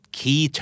key